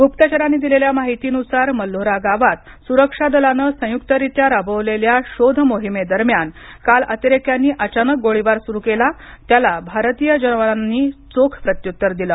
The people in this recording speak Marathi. गुप्तचरांनी दिलेल्या माहितीनुसार मल्होरा गावात सुरक्षा दलाने संयुक्तरीत्या राबवलेल्या शोध मोहिमे दरम्यान काल अतिरेक्यांनी अचानक गोळीबार सुरू केला त्याला भारतीय जवानांनी चोख प्रत्युत्तर दिल